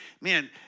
man